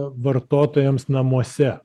vartotojams namuose